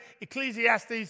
Ecclesiastes